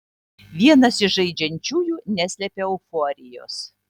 vienas iš žaidžiančiųjų neslepia euforijos